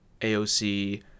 AOC